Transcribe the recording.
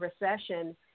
recession